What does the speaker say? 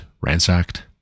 ransacked